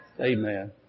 Amen